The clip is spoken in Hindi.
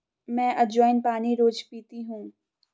मैं अज्वाइन पानी रोज़ पीती हूँ